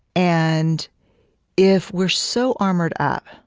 and if we're so armored up,